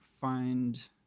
find